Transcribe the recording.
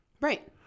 Right